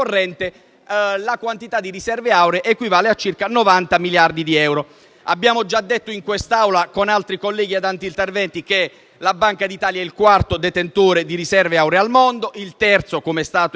la quantità di riserve auree equivale a circa 90 miliardi di euro. Abbiamo già detto in quest'Aula con altri colleghi in altri interventi che la Banca d'Italia è il quarto detentore di riserve auree al mondo e il terzo come Paese e che